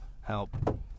help